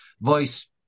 voice